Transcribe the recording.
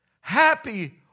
happy